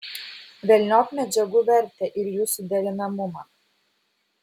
velniop medžiagų vertę ir jų suderinamumą